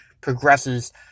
progresses